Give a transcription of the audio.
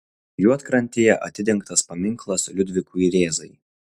juodkrantėje atidengtas paminklas liudvikui rėzai